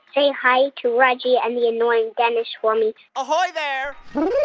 say hi to reggie and the annoying dennis for me ahoy there